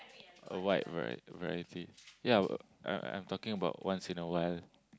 a wide variety variety ya I'm I'm talking about once once in a while